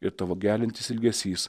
ir tavo geliantis ilgesys